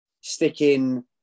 sticking